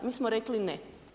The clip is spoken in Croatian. Mi smo rekli ne.